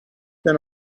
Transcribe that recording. then